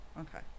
Okay